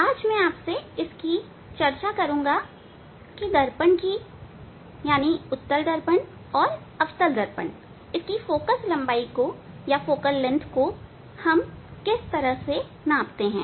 आज मैं इसकी चर्चा करूंगा कि दर्पण की अवतल दर्पण और उत्तल दर्पण की फोकल लंबाई को कैसे नापते हैं